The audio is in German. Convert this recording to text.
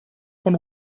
von